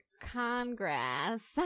Congress